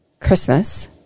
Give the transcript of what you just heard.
Christmas